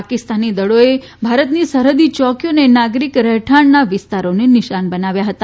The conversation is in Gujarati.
પાકિસ્તાની દળોએ ભારતની સરહદી ચોકીઓ અને નાગરિક રહેઠાંણના વિસ્તારોને નિશાન બનાવ્યા હતા